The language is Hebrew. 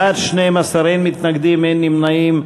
בעד, 12, אין מתנגדים, אין נמנעים.